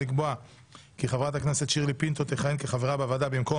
הסעיף השני: חילופי אישים בוועדה המשותפת לוועדת החוקה,